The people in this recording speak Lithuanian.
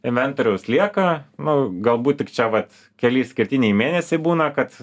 inventoriaus lieka nu galbūt tik čia vat keli išskirtiniai mėnesiai būna kad